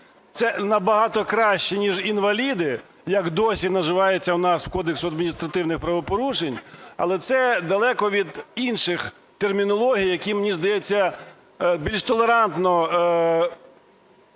Це набагато краще, ніж "інваліди", як досі називається у нас в Кодексі адміністративних правопорушень, але це далеко від інших термінологій, які, мені здається, більш толерантно